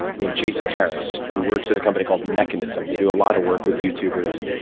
named jason harris, who works at a company called mekanism. they do a lot of work with youtubers.